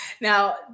Now